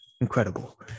Incredible